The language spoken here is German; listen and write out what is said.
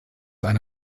eine